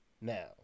now